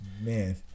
Man